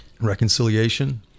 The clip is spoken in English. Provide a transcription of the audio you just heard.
reconciliation